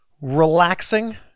relaxing